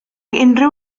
unrhyw